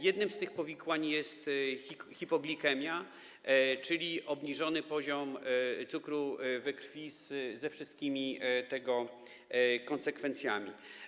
Jednym z tych powikłań jest hipoglikemia, czyli obniżony poziom cukru we krwi ze wszystkimi tego konsekwencjami.